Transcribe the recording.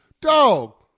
dog